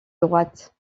droite